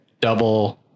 double